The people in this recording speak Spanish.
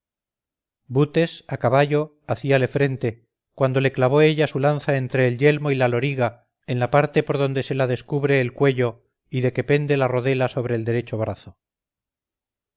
butes a caballo hacíale frente cuando le clavó ella su lanza entre el yelmo y la loriga en la parte por donde se la descubre el cuello y de que pende la rodela sobre el derecho brazo